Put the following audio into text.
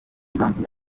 impamvu